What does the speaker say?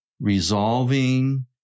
resolving